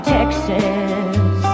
Texas